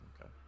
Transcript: Okay